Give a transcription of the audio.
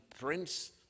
prince